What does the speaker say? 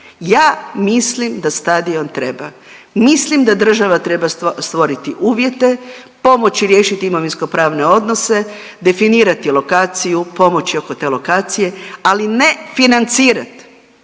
Ja mislim da stadion treba, mislim da država treba stvoriti uvjete, pomoći riješiti imovinsko pravne odnose, definirati lokaciju, pomoći oko te lokacije, ali ne financirat,